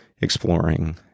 exploring